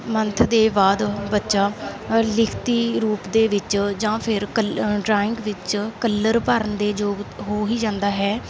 month ਦੇ ਬਾਅਦ ਬੱਚਾ ਲਿਖਤੀ ਰੂਪ ਦੇ ਵਿੱਚ ਜਾਂ ਫਿਰ ਕੱਲ ਡਰਾਇੰਗ ਵਿੱਚ ਕਲਰ ਭਰਨ ਦੇ ਯੋਗ ਹੋ ਹੀ ਜਾਂਦਾ ਹੈ